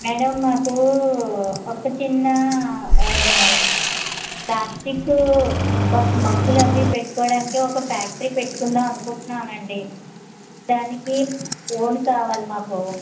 madam మాకు ఒక చిన్న అదే ప్లాస్టికు బక్ మగ్గులు అవి పెట్టుకోవడానికి ఒక ఫ్యాక్టరీ పెట్టుకుందాం అనుకుంటున్నానండి దానికి లోన్ కావాలి మాకు